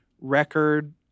record